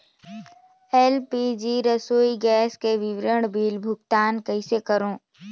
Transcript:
LPG रसोई gas के विवरण बिल भुगतान कइसे करों?